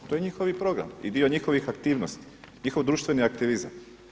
To je njihov program i dio njihovih aktivnosti, njihov društveni aktivizam.